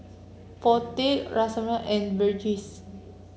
Potti Rasipuram and Verghese